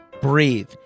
Breathe